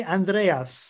Andreas